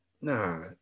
Nah